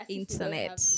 internet